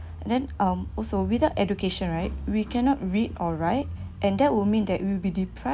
and then um also without education right we cannot read or write and that would mean that we will be deprived